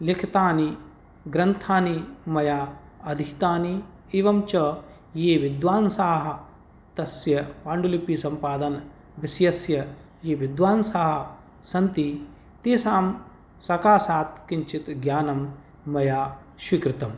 लिखितानि ग्रन्थानि मया अधीतानि एवं च ये विद्वांसः तस्य पाण्डुलिपिसम्पादनविषयस्य ये विद्वांसः सन्ति तेषां सकाशात् किञ्चित् ज्ञानं मया स्वीकृतम्